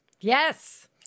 yes